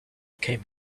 came